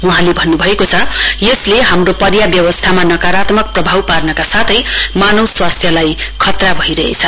वहाँले भन्नुभएको छ यसले हाम्रो पर्य व्यवस्थामा नकारात्मक प्रभाव पार्नका साथै मानव स्वास्थ्यलाई खतरा भइरहेछ